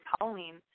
Halloween